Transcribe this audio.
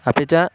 अपि च